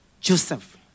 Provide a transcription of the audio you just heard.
Joseph